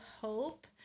hope